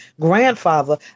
grandfather